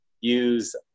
use –